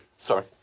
Sorry